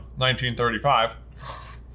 1935